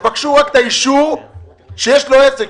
תבקשו רק את האישור שיש לו עסק,